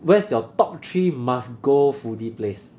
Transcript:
where's your top three must go foodie place